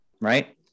Right